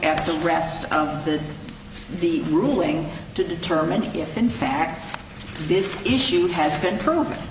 at the rest of the the ruling to determine if in fact this issue has been proven